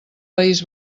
país